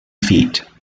feat